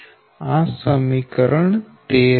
આ સમીકરણ 13 છે